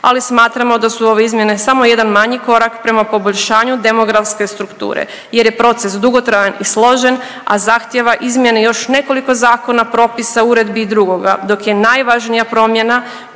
ali smatramo da su ove izmjene samo jedan manji korak prema poboljšanju demografske strukture jer je proces dugotrajan i složen, a zahtjeva izmjene još nekoliko zakona, propisa, uredbi i drugoga, dok je najvažnija promjena